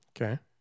Okay